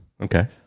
Okay